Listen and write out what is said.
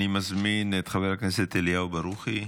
אני מזמין את חבר הכנסת אליהו ברוכי,